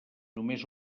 només